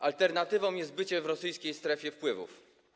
Alternatywą jest bycie w rosyjskiej strefie wpływów.